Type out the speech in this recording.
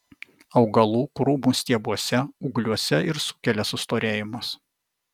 augalų krūmų stiebuose ūgliuose ir sukelia sustorėjimus